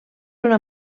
una